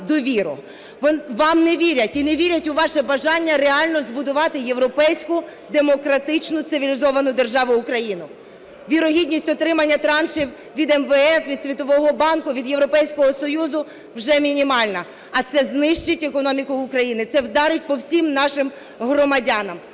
Вам не вірять і не вірять у ваше бажання реально збудувати європейську демократичну цивілізовану державу Україну. Вірогідність отримання траншів від МВФ, від Світового банку, від Європейського Союзу вже мінімальна. А це знищить економіку Україну, це вдарить по всім нашим громадянам.